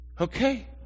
Okay